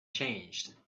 changed